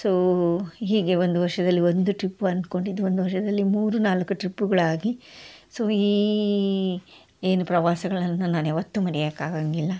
so ಹೀಗೆ ಒಂದು ವರ್ಷದಲ್ಲಿ ಒಂದು ಟ್ರಿಪ್ ಅನ್ಕೊಂಡಿದ್ದು ಒಂದು ವರ್ಷದಲ್ಲಿ ಮೂರು ನಾಲ್ಕು ಟ್ರಿಪ್ಗಳು ಆಗಿ ಸೊ ಈ ಏನು ಪ್ರವಾಸಗಳನ್ನ ನಾನು ಯಾವತ್ತೂ ಮರೆಯಕ್ಕಾಗಂಗಿಲ್ಲ